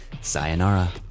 Sayonara